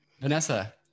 Vanessa